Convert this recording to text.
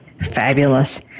Fabulous